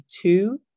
two